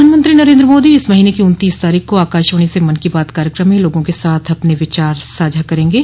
प्रधानमंत्री नरेन्द्र मोदी इस महीने की उन्तीस तारीख को आकाशवाणी से मन की बात कार्यक्रम में लोगों के साथ अपन विचार साझा करेंगे